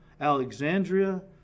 Alexandria